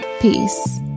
Peace